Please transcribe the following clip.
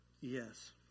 yes